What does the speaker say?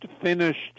finished